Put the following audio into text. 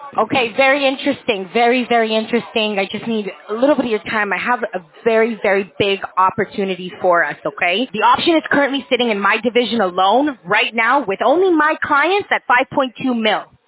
okay, very interesting, very, very interesting. i just need a little bit of your time, i have a very, very big opportunity for us, okay. the option is currently sitting in my division alone, right now, with only my clients at five dollars. two mil.